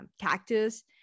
cactus